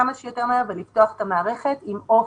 כמה שיותר מהר ולפתוח את המערכת עם אופק,